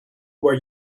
where